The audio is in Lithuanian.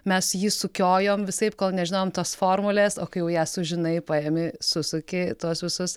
mes jį sukiojom visaip kol nežinom tos formulės o kai jau ją sužinai paėmi susuki tuos visus